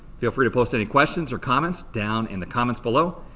feel free to post any questions or comments down in the comments below.